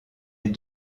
est